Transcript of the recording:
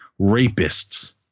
rapists